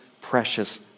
precious